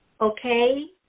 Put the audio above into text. okay